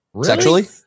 Sexually